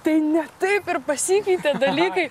tai ne taip ir pasikeitė dalykai